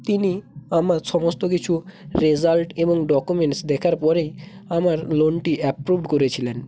তিনি আমার সমস্ত কিছু রেসাল্ট এবং ডকুমেন্টস দেখার পরেই আমার লোনটি অ্যাপ্রুভড করেছিলেন